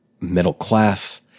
middle-class